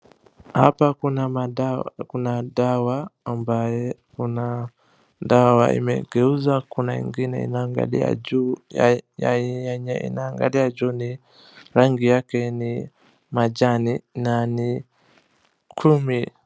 Hapa kuna madawa, kuna dawa ambaye kuna dawa imegeuza kuna ingine inaangalia juu ya yenye inaangalia juu ni rangi yake ni majani na ni kumi.